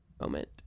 moment